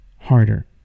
harder